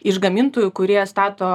iš gamintojų kurie stato